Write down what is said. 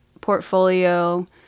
portfolio